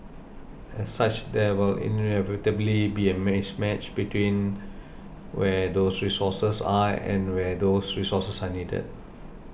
as such there will inevitably be a mismatch between where those resources are and where those resources are needed